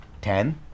ten